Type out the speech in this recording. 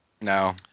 No